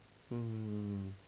um